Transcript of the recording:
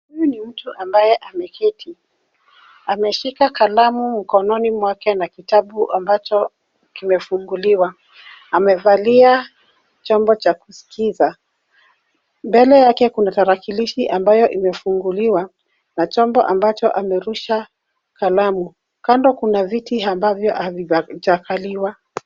Huyu ni mtu ambaye ameketi. Ameshika kalamu mkononi mwake na kitabu ambacho kimefunguliwa; Amevalia chombo cha kusikiza. Mbele yake kuna tarakilishi ambayo imefunguliwa na chombo ambacho amerusha kalamu. Kando kuna viti ambavyo havijakaliwa.